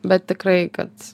bet tikrai kad